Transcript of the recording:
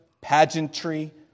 pageantry